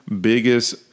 biggest